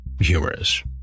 humorous